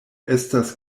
estas